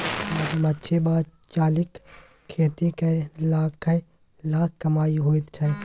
मधुमाछी वा चालीक खेती कए लाखक लाख कमाई होइत छै